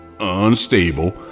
unstable